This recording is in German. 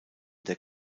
der